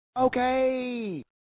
Okay